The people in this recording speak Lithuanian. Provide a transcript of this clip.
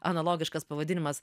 analogiškas pavadinimas